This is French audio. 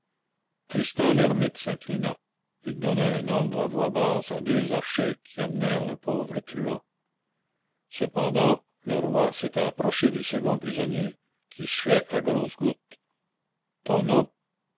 tristan l'hermite s'inclina il donna un ordre à voix basse à deux archers qui emmenèrent le pauvre truand cependant le roi s'était approché du second prisonnier qui suait à grosses gouttes ton nom